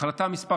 החלטה מס'